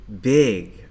big